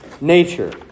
nature